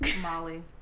Molly